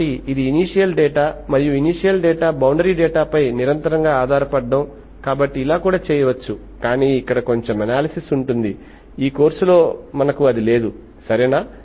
కాబట్టి ఇది initial data మరియు ఇనీషియల్ మరియు బౌండరీ డేటాపై నిరంతరంగా ఆధారపడటం కాబట్టి ఇలా కూడా చేయవచ్చు కానీ ఇక్కడ కొంచెం అనాలిసిస్ ఉంటుంది ఈ కోర్సు లో మనకు అది లేదు సరేనా